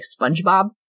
Spongebob